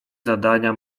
zadania